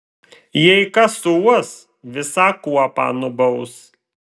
jei kas suuos visą kuopą nubaus